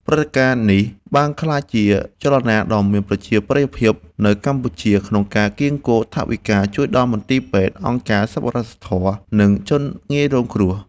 ព្រឹត្តិការណ៍នេះបានក្លាយជាចលនាដ៏មានប្រជាប្រិយភាពនៅកម្ពុជា ក្នុងការកៀរគរថវិកាជួយដល់មន្ទីរពេទ្យ អង្គការសប្បុរសធម៌ និងជនងាយរងគ្រោះ។